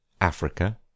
Africa